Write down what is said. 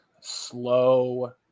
slow